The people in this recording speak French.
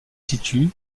situ